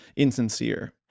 insincere